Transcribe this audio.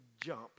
jump